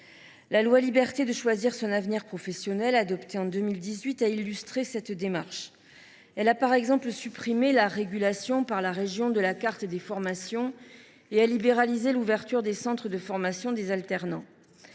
la liberté de choisir son avenir professionnel a illustré cette démarche. Elle a par exemple supprimé la régulation par la région de la carte des formations et libéralisé l’ouverture des centres de formation des alternants.